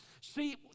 See